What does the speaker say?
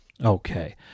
Okay